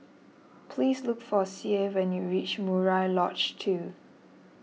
please look for Sie when you reach Murai Lodge two